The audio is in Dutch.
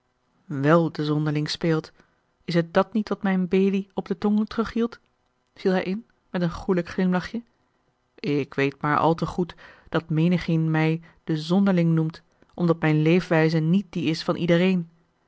wel den zonderling speelt is het dat niet wat mijne belie op de tong terughield viel hij in met een goelijk glimlachje ik weet maar al te goed dat menigeen mij den zonderling noemt omdat mijne leefwijze niet die is van iedereen